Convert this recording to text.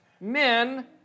men